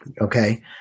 okay